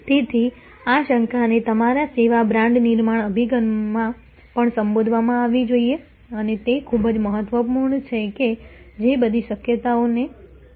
તેથી આ શંકાને તમારા સેવા બ્રાન્ડ નિર્માણ અભિગમમાં પણ સંબોધવામાં આવવી જોઈએ અને તે ખૂબ જ મહત્વપૂર્ણ છે કે જે બધી શક્યતાઓને કેવી રીતે અપ્રિય છે